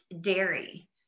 dairy